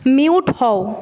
mute হও